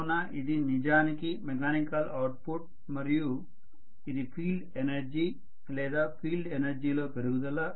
కావున ఇది నిజానికి మెకానికల్ అవుట్ ఫుట్ మరియు ఇది ఫీల్డ్ ఎనర్జీ లేదా ఫీల్డ్ ఎనర్జీలో పెరుగుదల